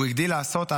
הוא הגדיל לעשות,